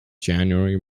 january